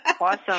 Awesome